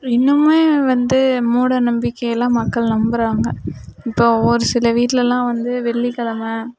இன்னுமுமே வந்து மூட நம்பிக்கைலாம் மக்கள் நம்புகிறாங்க இப்போது ஒரு சில வீட்டிலலாம் வந்து வெள்ளி கிழம